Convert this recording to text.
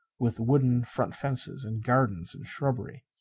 with wooden front fences, and gardens and shrubbery.